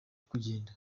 kugenda